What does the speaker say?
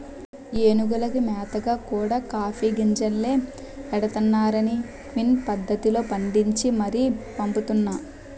ఏనుగులకి మేతగా కూడా కాఫీ గింజలే ఎడతన్నారనీ క్విన్ పద్దతిలో పండించి మరీ పంపుతున్నా